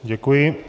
Děkuji.